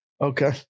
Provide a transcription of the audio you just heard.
Okay